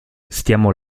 stiamo